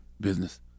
business